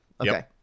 okay